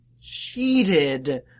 cheated